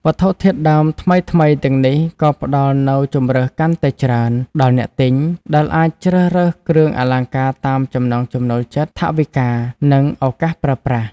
វត្ថុធាតុដើមថ្មីៗទាំងនេះក៏ផ្តល់នូវ ជម្រើសកាន់តែច្រើន ដល់អ្នកទិញ ដែលអាចជ្រើសរើសគ្រឿងអលង្ការតាមចំណង់ចំណូលចិត្ត ថវិកា និងឱកាសប្រើប្រាស់។